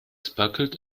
sparkled